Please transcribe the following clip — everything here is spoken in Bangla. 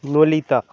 ললিতা